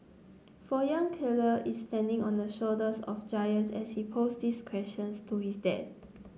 for young Keller is standing on the shoulders of giants as he posed these questions to his dad